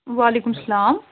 وعلیکُم سلام